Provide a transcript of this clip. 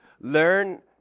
Learn